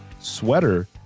sweater